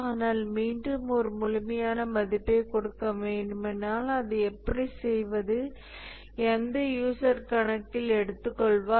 ஆனால் மீண்டும் ஒரு முழுமையான மதிப்பைக் கொடுக்க வேண்டுமானால் அதை எப்படி செய்வது எந்த யூசர் கணக்கில் எடுத்துக்கொள்வார்